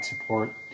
support